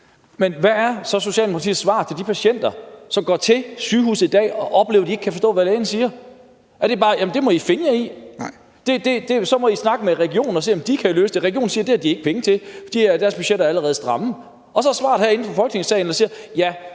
Men hvad er så Socialdemokratiets svar til de patienter, som kommer på sygehuset i dag og oplever, at de ikke kan forstå, hvad lægen siger? Er det bare: Jamen det må I finde jer i (Rasmus Horn Langhoff: Nej), og så må I snakke med regionerne og se, om de kan løse det? Regionerne siger, at det har de ikke penge til, for deres budgetter er allerede stramme. Og så er svaret herinde fra Folketingssalen: Ja, det må